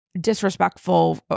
disrespectful